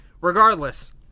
regardless